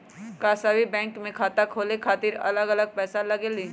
का सभी बैंक में खाता खोले खातीर अलग अलग पैसा लगेलि?